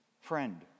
Friend